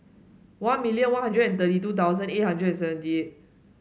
one million One Hundred and thirty two thousand eight hundred seventy eight